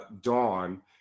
Dawn